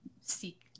seek